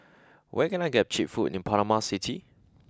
where can I get cheap food in Panama City